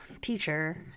teacher